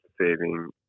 Saving